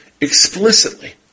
explicitly